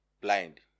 blind